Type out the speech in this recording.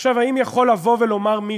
עכשיו, האם יכול לומר מישהו,